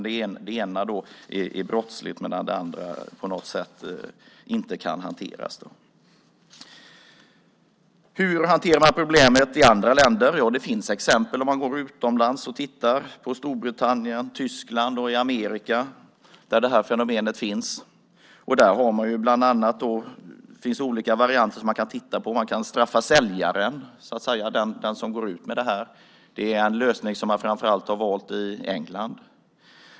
Det ena är brottsligt medan det andra på något sätt inte kan hanteras. Hur hanterar man då problemet i andra länder? Det finns exempel från Storbritannien, Tyskland och Amerika, där det här fenomenet finns. Där har man olika varianter. Man kan straffa säljaren. Det är en lösning som man framför allt har valt i England.